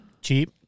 cheap